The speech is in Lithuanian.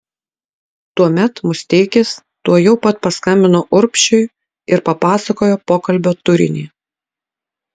tuomet musteikis tuojau pat paskambino urbšiui ir papasakojo pokalbio turinį